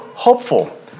Hopeful